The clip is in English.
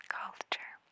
culture